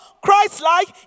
Christ-like